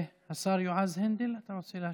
השר יועז הנדל, אתה רוצה להשיב?